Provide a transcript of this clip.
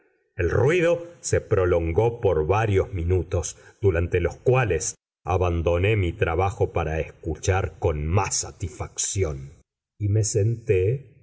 el ruido se prolongó por varios minutos durante los cuales abandoné mi trabajo para escuchar con más satisfacción y me senté